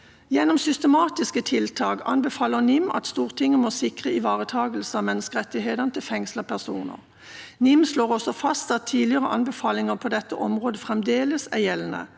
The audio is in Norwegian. gjennom systematiske tiltak må sikre ivaretakelse av menneskerettighetene til fengslede personer. NIM slår også fast at tidligere anbefalinger på dette området fremdeles er gjeldende.